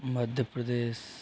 Madhya Pradesh